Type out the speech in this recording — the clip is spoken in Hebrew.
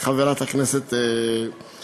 חברת הכנסת פלוסקוב,